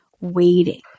waiting